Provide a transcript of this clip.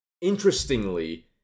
interestingly